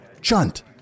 Chunt